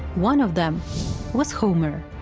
one of them was homer,